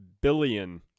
billion